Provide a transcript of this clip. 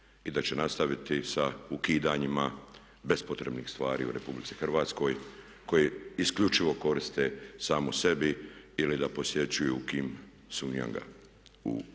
i da će nastaviti sa ukidanjima bespotrebnih stvari u Republici Hrvatskoj koje isključivo koriste samo sebi ili da posjećuju Kim Sun Jonga u Koreji.